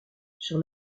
sur